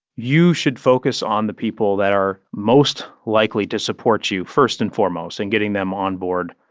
you should focus on the people that are most likely to support you, first and foremost, and getting them onboard.